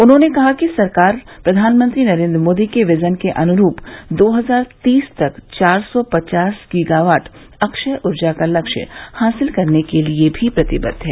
उन्होंने कहा कि सरकार प्रधानमंत्री नरेंद्र मोदी के विजन के अनुरूप दो हजार तीस तक चार सौ पचास गीगावाट अक्षय ऊर्जा का लक्ष्य हासिल करने के लिए भी प्रतिबद्ध है